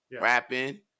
rapping